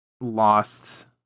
lost